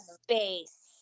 space